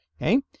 okay